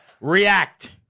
React